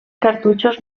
cartutxos